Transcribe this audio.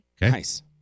Nice